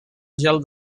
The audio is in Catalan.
gel